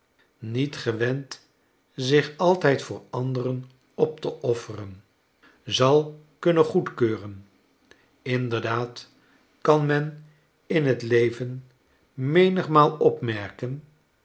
niet gewend zich altijd voor anderen op te offeren zal kunnen goedkeuren inderdaad kan men in het leven menigmaal opmerken